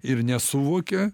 ir nesuvokia